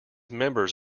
members